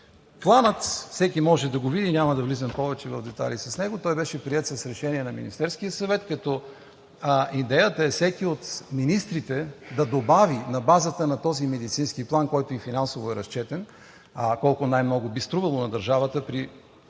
Планът – всеки може да го види, няма да влизам повече в детайли. Той беше приет с решение на Министерския съвет, като идеята е всеки от министрите да добави, на базата на този медицински план, който е разчетен и финансово, колко най-много би струвало на държавата при